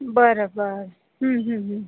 बरं बरं